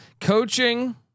Coaching